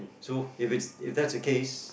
so if it's if that's the case